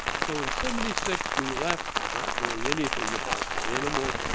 so in seventy six, we left not knowing anything about the animal